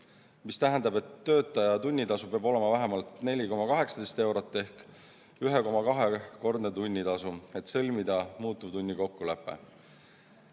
mis tähendab, et töötaja tunnitasu peab olema vähemalt 4,18 eurot ehk 1,2‑kordne tunnitasu, et sõlmida muutuvtunni kokkulepe.